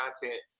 content